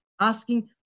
asking